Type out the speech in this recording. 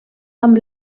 amb